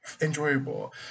enjoyable